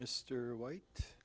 mr white